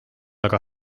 aga